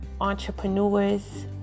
entrepreneurs